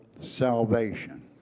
salvation